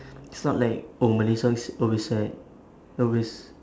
it's not like oh malay songs is always sad always